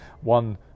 one